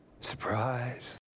Surprise